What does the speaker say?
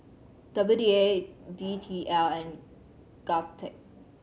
W D A D T L and GovTech